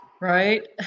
Right